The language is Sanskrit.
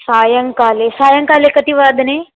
सायङ्काले सायङ्काले कति वादने